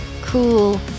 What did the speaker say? cool